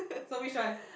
so which one